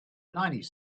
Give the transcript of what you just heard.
nineties